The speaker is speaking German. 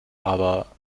aber